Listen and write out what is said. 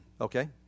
Okay